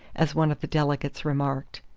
as one of the delegates remarked.